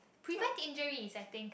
prevent injuries I think